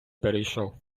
перейшов